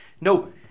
No